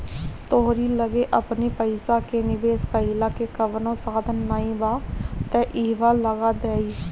तोहरी लगे अपनी पईसा के निवेश कईला के कवनो साधन नाइ बा तअ इहवा लगा दअ